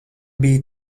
biji